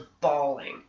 bawling